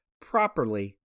properly